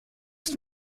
ist